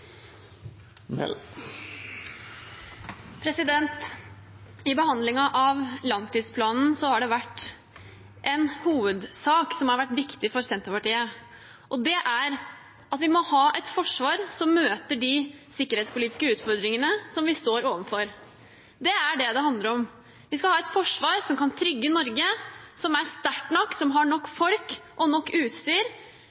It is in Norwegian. I behandlingen av langtidsplanen har det vært en hovedsak som har vært viktig for Senterpartiet, og det er at vi må ha et forsvar som møter de sikkerhetspolitiske utfordringene vi står overfor. Det er det det handler om. Vi skal ha et forsvar som kan trygge Norge, som er sterkt nok, og som har nok